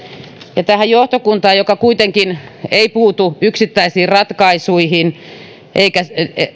ja tähän johtokuntaan joka kuitenkaan ei puutu yksittäisiin ratkaisuihin eikä